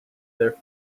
their